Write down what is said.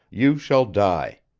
you shall die.